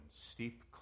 steep